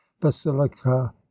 Basilica